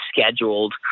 scheduled